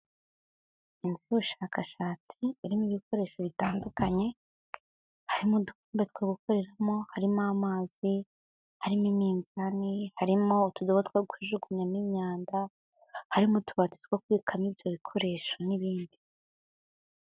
Inzu y'ubushakashatsi irimo ibikoresho bitandukanye, harimo udukombe two gukoreramo, harimo amazi, harimo iminzani, harimo utudobo two kujugunyamo imyanda, harimo utubati two kubikamo ibyo bikoresho n'ibindi.